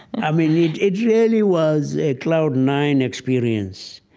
i mean, it it really was a cloud nine experience.